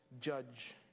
judge